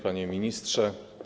Panie Ministrze!